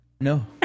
No